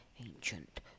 ancient